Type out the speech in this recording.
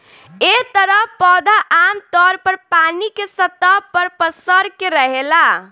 एह तरह पौधा आमतौर पर पानी के सतह पर पसर के रहेला